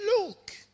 Look